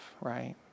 right